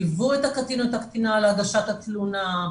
ליוו את הקטין או הקטינה להגשת התלונה,